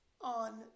on